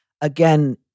Again